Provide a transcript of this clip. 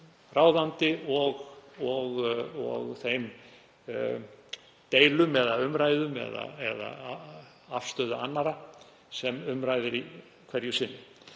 og þeim deilum eða umræðum eða afstöðu annarra sem um ræðir í hverju sinni.